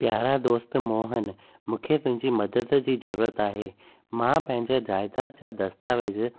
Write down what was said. प्यारा दोस्त मोहन मूंखे तुंहिंजी मदद जी ज़रूरत आहे मां पंहिंजा जायदाद जा दस्तावेज़ु